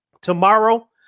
tomorrow